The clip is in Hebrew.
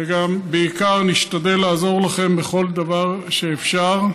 ובעיקר נשתדל לעזור לכם בכל דבר שאפשר,